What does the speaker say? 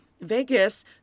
vegas